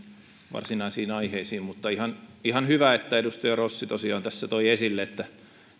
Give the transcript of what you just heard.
varsinaisiin aiheisiin mutta ihan ihan hyvä että edustaja rossi tosiaan toi esille että